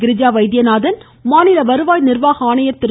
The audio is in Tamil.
கிரிஜா வைத்தியநாதன் மாநில வருவாய் நிர்வாக ஆணையர் திரு